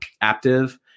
active